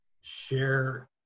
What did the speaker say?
share